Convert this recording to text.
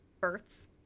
births